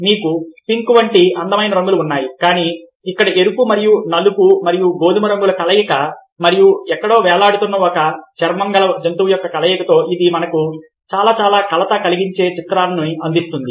మీకు పింక్ వంటి అందమైన రంగులు ఉన్నాయి కానీ ఇక్కడ ఎరుపు మరియు నలుపు మరియు గోధుమ రంగుల కలయిక మరియు ఎక్కడో వేలాడుతున్న చర్మం గల జంతువు యొక్క కలయికతో ఇది మనకు చాలా చాలా కలత కలిగించే చిత్రాలను అందిస్తుంది